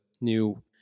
new